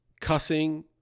cussing